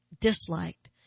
disliked